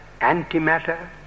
antimatter